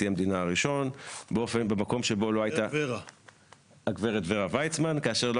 המדינה הראשון באופן שבו לא הייתה הסדרה חוקית